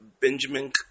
Benjamin